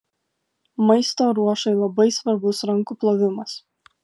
maisto ruošai labai svarbus rankų plovimas